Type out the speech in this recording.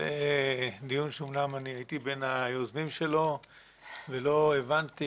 זה דיון שאמנם אני הייתי בין היוזמים שלו ולא הבנתי,